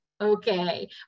okay